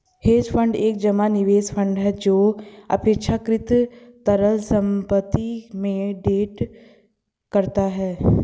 hedge fund एक जमा निवेश फंड है जो अपेक्षाकृत तरल संपत्ति में ट्रेड करता है